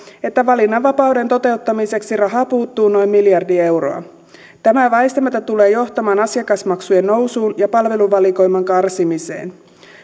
että valinnanvapauden toteuttamiseksi rahaa puuttuu noin miljardi euroa tämä väistämättä tulee johtamaan asiakasmaksujen nousuun ja palveluvalikoiman karsimiseen